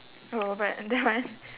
oh but that one